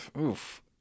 oof